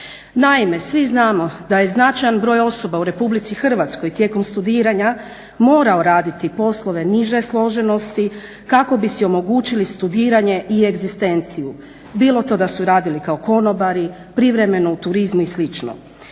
Naime, svi znamo da je značajan broj osoba u Republici Hrvatskoj tijekom studiranja morao raditi poslove niže složenosti, kako bi si omogućili studiranje i egzistenciju. Bilo to da su radili kao konobari, privremeno u turizmu i